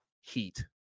heat